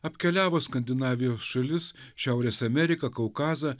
apkeliavo skandinavijos šalis šiaurės ameriką kaukazą